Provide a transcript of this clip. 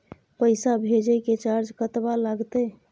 पैसा भेजय के चार्ज कतबा लागते?